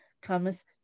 comes